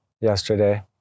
yesterday